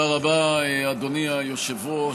אדוני היושב-ראש.